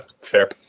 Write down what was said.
fair